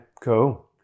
Cool